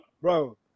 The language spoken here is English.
Bro